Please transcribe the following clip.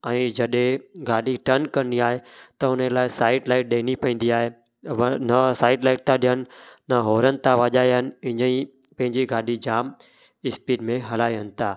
ऐं जॾहिं गाॾी टर्न करिणी आहे त हुन लाइ साइड लाइट ॾियणी पवंदी आहे न साइड लाइट था ॾियनि न होरन था वॼायनि इअं ई पंहिंजी गाॾी जाम स्पीड में हलाइनि था